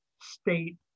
state